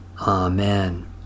Amen